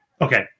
okay